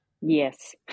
Yes